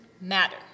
matter